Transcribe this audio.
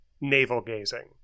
navel-gazing